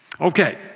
Okay